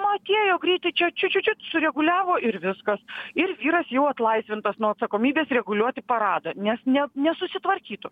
nu atėjo greitai čia čiut čiut čiut sureguliavo ir viskas ir vyras jau atlaisvintas nuo atsakomybės reguliuoti paradą nes ne nesusitvarkytų